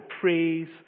praise